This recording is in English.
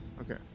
Okay